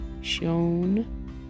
Shown